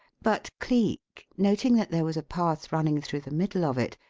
but cleek, noting that there was a path running through the middle of it,